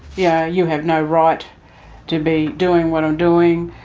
yeah you have no right to be doing what i'm doing,